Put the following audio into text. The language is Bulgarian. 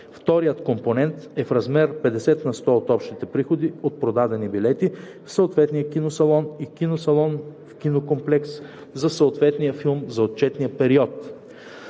Вторият компонент е в размер 50 на сто от общите приходи от продадени билети в съответния киносалон или киносалон в кинокомплекс за съответния филм за отчетния период,